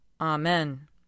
Amen